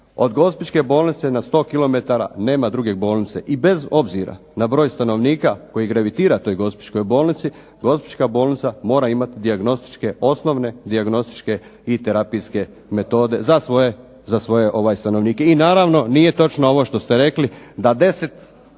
Od gospićke bolnice na 100 kilometara nema druge bolnice, i bez obzira na broj stanovnika koji gravitira toj gospićkoj bolnici, gospićka bolnica mora imati dijagnostičke, osnovne dijagnostičke i terapijske metode za svoje stanovnike. I naravno nije točno ovo što ste rekli da 10